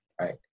Right